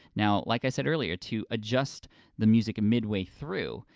now like i said earlier, to adjust the music midway through,